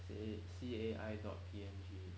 C A I dot P N G